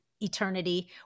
eternity